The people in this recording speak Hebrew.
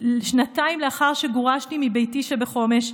שנתיים לאחר שגורשתי מביתי שבחומש,